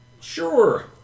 Sure